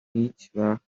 هیچوقت